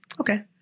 okay